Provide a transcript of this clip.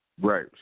Right